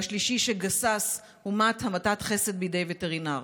והשלישי שגסס הומת המתת חסד בידי וטרינר.